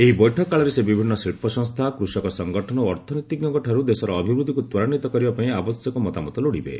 ଏହି ବୈଠକ କାଳରେ ସେ ବିଭିନ୍ନ ଶିଳ୍ପସଂସ୍ଥା କୃଷକ ସଂଗଠନ ଓ ଅର୍ଥନୀତିଜ୍ଞଙ୍କଠାରୁ ଦେଶର ଅଭିବୃଦ୍ଧିକୁ ତ୍ୱରାନ୍ୱିତ କରିବା ପାଇଁ ଆବଶ୍ୟକ ମତାମତ ଲୋଡିବେ